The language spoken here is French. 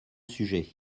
sujets